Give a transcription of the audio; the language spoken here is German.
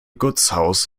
gutshaus